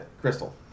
Crystal